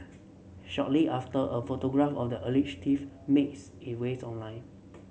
shortly after a photograph of the alleged thief makes it ways online